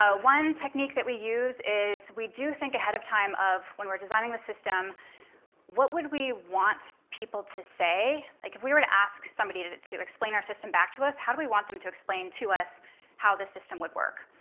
ah one technique that we use is we do think ahead of time of when we're designing the system what would we want people to say? like if we were to ask somebody to to explain our system back to us, how do we want them to explain to us how this system would work?